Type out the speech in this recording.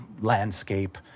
Landscape